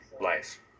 life